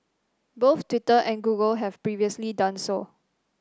both Twitter and Google have previously done so